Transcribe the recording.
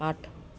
ਅੱਠ